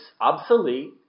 obsolete